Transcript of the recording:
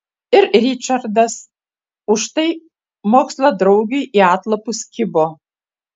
ir ričardas už tai moksladraugiui į atlapus kibo